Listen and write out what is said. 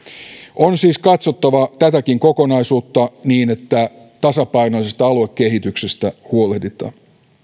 on siis katsottava tätäkin kokonaisuutta niin että tasapainoisesta aluekehityksestä huolehditaan